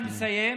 אני מסיים.